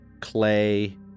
clay